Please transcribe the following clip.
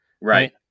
Right